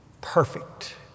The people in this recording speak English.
perfect